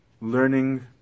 Learning